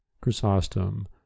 Chrysostom